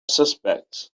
suspects